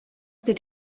did